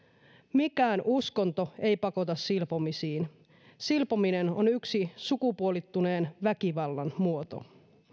mikään uskonto ei pakota silpomisiin silpominen on yksi sukupuolittuneen väkivallan muoto